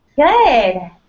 Good